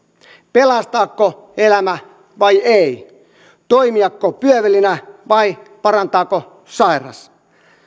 pelastaako elämä vai ei toimia ko pyövelinä vai parantaako sairas